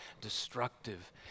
destructive